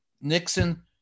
Nixon